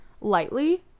lightly